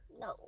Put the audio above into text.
No